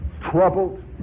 troubled